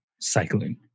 cycling